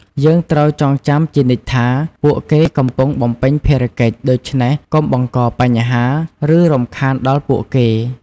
យើងត្រូវចងចាំជានិច្ចថា ពួកគេកំពុងបំពេញភារកិច្ច ដូច្នេះកុំបង្កបញ្ហា ឬរំខានដល់ពួកគេ។